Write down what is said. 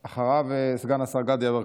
אחריו, סגן השר גדי יברקן.